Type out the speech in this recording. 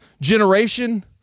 generation